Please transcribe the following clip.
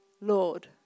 Lord